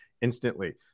Instantly